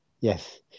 Yes